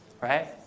right